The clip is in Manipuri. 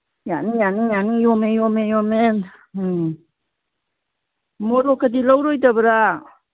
ꯌꯥꯅꯤ ꯌꯥꯅꯤ ꯌꯥꯅꯤ ꯌꯣꯝꯃꯦ ꯌꯣꯝꯃꯦ ꯌꯣꯝꯃꯦ ꯎꯝ ꯃꯣꯔꯣꯛꯀꯗꯤ ꯂꯧꯔꯣꯏꯗꯕ꯭ꯔꯥ